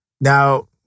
now